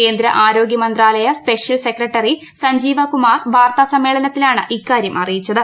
കേന്ദ്ര ആരോഗ്യ മന്ത്രാലയ സ്പെഷ്യൽ സെക്രട്ടറി സഞ്ജീവ കുമാർ വാർത്താ സമ്മേളനത്തിലാണ് ഇക്കാര്യം അറിയിച്ചത്